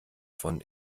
von